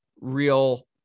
real